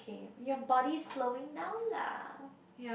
your body slowing down lah